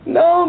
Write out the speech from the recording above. no